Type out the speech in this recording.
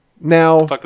Now